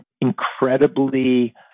incredibly